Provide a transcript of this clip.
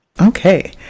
Okay